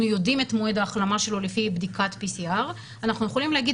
יודעים את מועד ההחלמה שלו לפי בדיקת PCR אנחנו יכולים להגיד